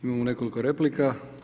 Imamo nekoliko replika.